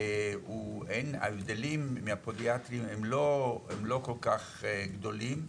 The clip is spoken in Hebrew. אין הבדלים מהפודיאטרים, ההבדלים לא כל כך גדולים.